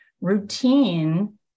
Routine